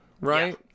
right